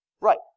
right